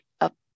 up